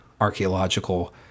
archaeological